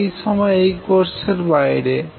যা এই সময় এই কোর্সের বাইরে